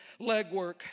legwork